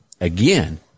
Again